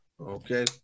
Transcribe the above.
okay